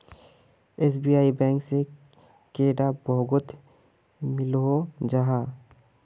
SBI bank से कैडा भागोत मिलोहो जाहा?